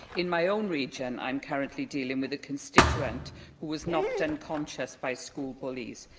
in my own region, i'm currently dealing with a constituent who was knocked unconscious by school bullies.